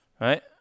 right